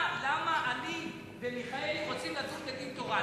אני ומיכאלי רוצים לדון בדין תורה,